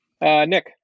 Nick